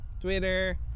Twitter